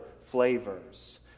flavors